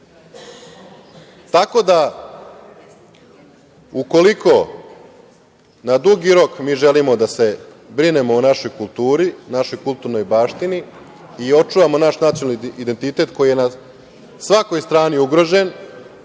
da, ukoliko na dugi rok mi želimo da se brinemo o našoj kulturi, našoj kulturnoj baštini i očuvamo naš nacionalni identitet, koji je na svakoj strani ugrožen